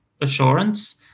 assurance